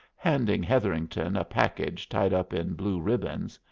handing hetherington a package tied up in blue ribbons.